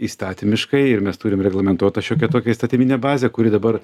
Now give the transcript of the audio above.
įstatymiškai ir mes turim reglamentuotą šiokią tokią įstatyminę bazę kuri dabar